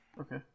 okay